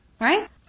Right